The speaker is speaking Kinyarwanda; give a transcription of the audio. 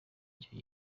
icyo